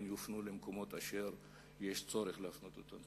יופנו למקומות אשר יש צורך להפנות אותם.